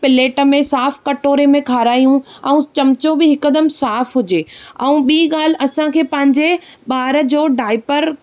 plate में साफ़ु कटोरे में खारायूं ऐं चमिचो बि हिकदमि साफ़ु हुजे ऐं ॿी ॻाल्हि असांखे पंहिंजे ॿार जो डाइपर